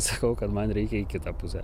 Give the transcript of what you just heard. sakau kad man reikia į kitą pusę